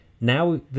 Now